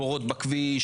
בורות בכביש,